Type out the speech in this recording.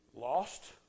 Lost